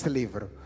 livro